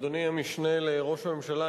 אדוני המשנה לראש הממשלה,